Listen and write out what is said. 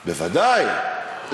בוודאי.